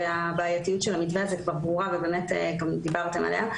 והבעייתיות של המתווה הזה כבר ברורה וגם דיברתם עליה.